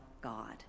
God